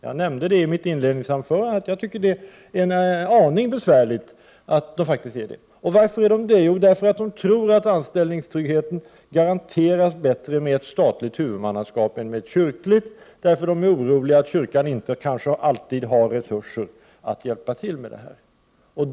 Jag nämnde i mitt inledningsanförande att jag tycker att det är en aning besvärligt att de faktiskt är det. Och varför är de oroliga? Jo, därför att de tror att anställningstryggheten garanteras bättre med ett statligt huvudmannaskap än med ett kyrkligt. De är oroliga för att kyrkan kanske inte alltid har resurser.